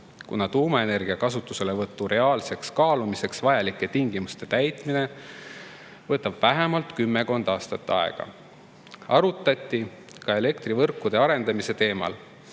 kuna tuumaenergia kasutuselevõtu reaalseks kaalumiseks vajalike tingimuste täitmine võtab vähemalt kümmekond aastat aega. Arutati ka elektrivõrkude arendamise teemal